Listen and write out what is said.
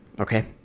okay